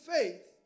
faith